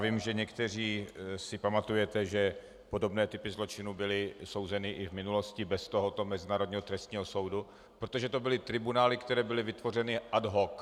Vím, že někteří si pamatujete, že podobné typy zločinů byly souzeny i v minulosti bez tohoto Mezinárodního trestního soudu, protože to byly tribunály, které byly vytvořeny ad hoc.